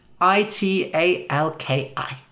I-T-A-L-K-I